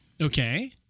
Okay